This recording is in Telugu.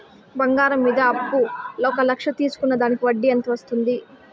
బంగారం మీద అప్పు ఒక లక్ష తీసుకున్న దానికి వడ్డీ ఎంత పడ్తుంది?